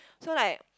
so like